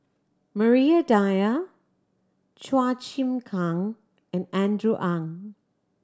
Maria Dyer Chua Chim Kang and Andrew Ang